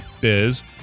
biz